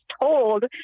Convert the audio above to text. told